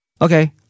Okay